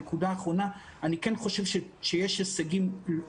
נקודה אחרונה, אני חושב שיש הישגים לא